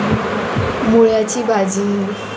मुळ्याची भाजी